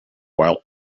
while